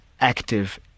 active